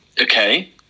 okay